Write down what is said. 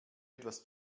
etwas